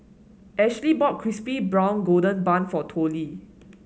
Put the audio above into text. Ashlea bought crispy brown golden bun for Tollie